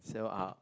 so I'll